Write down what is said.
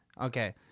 Okay